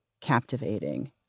captivating